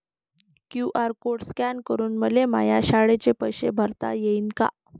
QR code scan करून मले माया शाळेचे पैसे भरता येईन का?